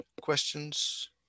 questions